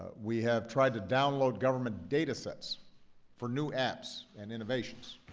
we have tried to download government data sets for new apps and innovations,